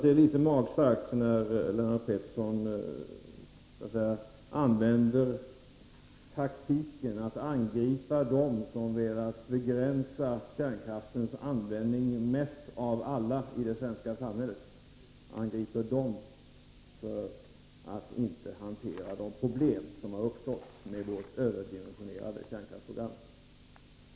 Det är litet magstarkt att som Lennart Pettersson gör använda taktiken att angripa dem som mest av alla i det svenska samhället har velat begränsa kärnkraftens användning och påstå att de inte velat hantera de problem som uppstått genom vårt överdimensionerade kärnkraftsprogram.